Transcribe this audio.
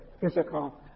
physical